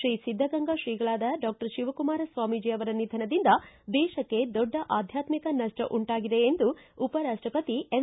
three Siddaganga ಶ್ರೀಗಳಾದ doctor Shivakumara Swamiji ಅವರ ನಿಧನದಿಂದ ದೇಶಕ್ಕೆ ದೊಡ್ಡ ಆಧ್ಯಾತ್ಮಿಕ ನಷ್ಟ ಉಂಟಾಗಿದೆ ಎಂದು ಉಪರಾಷ್ಟಪತಿ ಎಂ